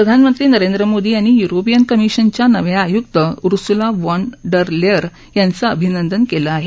प्रधानमंत्री नरेंद्र मोदी यांनी य्रोपियन कमिशनच्या नव्या आय्क्त उर्स्ला वॉन डर लेअर यांचं अभिनंदन केलं आहे